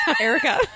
Erica